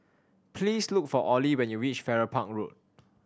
please look for Olie when you reach Farrer Park Road